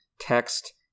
text